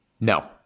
No